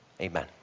Amen